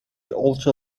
also